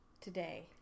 today